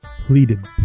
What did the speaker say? pleaded